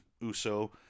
Uso